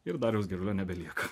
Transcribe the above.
ir dariaus gerulio nebelieka